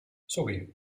sorry